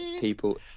people